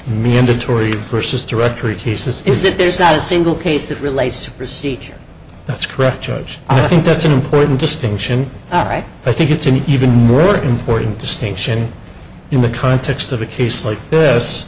mandatory versus directory cases is that there's not a single case that relates to procedure that's correct judge i think that's an important distinction that i think it's an even more important distinction in the context of a case like this